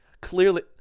clearly